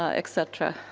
ah et cetera.